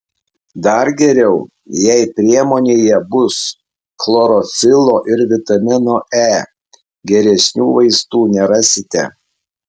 dar geriau jei priemonėje bus chlorofilo ir vitamino e geresnių vaistų nerasite